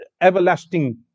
Everlasting